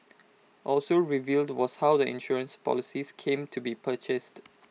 also revealed was how the insurance policies came to be purchased